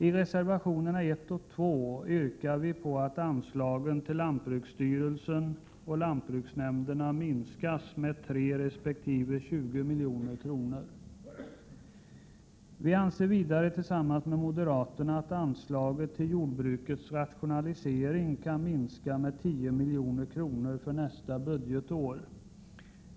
I reservationerna 1 och 2 yrkar vi på att anslagen till lantbruksstyrelsen och lantbruksnämnderna minskas med 3 milj.kr. resp. 20 milj.kr. Vi anser vidare tillsammans med moderaterna att anslaget till jordbrukets rationalisering kan minskas med 10 milj.kr. för nästa budgetår.